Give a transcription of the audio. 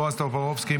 בועז טופורובסקי,